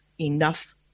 enough